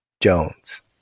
Jones